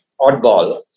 oddball